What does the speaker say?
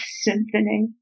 symphony